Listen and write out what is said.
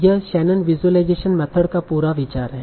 यह Shannon visualisation method का पूरा विचार है